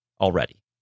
already